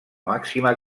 màxima